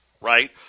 Right